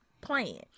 plan